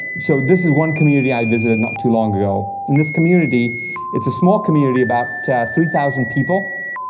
so this is one community i've visited not too long ago, in this community it's a small community, about three thousand people,